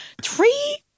three